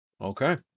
Okay